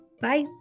Bye